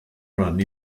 run